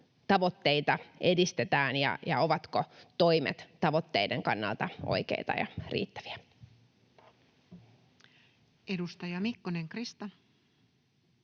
tavoitteita edistetään ja ovatko toimet tavoitteiden kannalta oikeita ja riittäviä. [Speech 130]